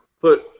put